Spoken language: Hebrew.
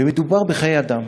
ומדובר בחיי אדם,